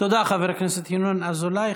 תודה רבה לחבר הכנסת ינון אזולאי.